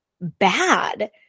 bad